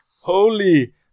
holy